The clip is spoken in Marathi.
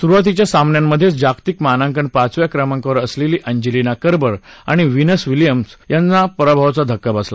सुरुवातीच्या सामन्यांमधेच जागतिक मानांकनात पाचव्या क्रमांकावर असलेली अँजेलिक कर्बर आणि विनस विलियम्स यांना पराभवाचा धक्का बसला